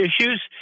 issues